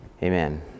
Amen